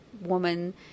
woman